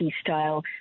style